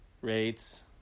rates